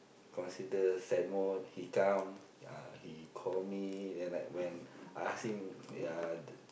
consider sad mode he come ah he call me then I when I ask him ya d~